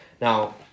Now